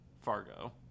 Fargo